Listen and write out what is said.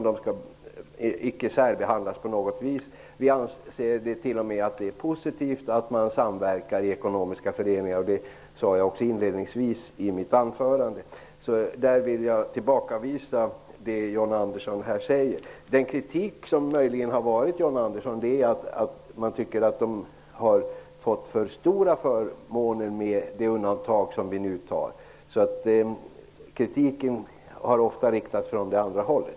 De skall inte särbehandlas på något vis. Vi anser t.o.m. att samverkan i ekonomiska föreningar är positivt. Det sade jag också inledningsvis i mitt anförande. Jag vill tillbakavisa det John Andersson säger. Den kritik som möjligen har kommit, John Andersson, går ut på att man tycker att de ekonomiska föreningarna har fått för stora förmåner i och med det undantag vi nu gör. Kritiken har ofta kommit från det andra hållet.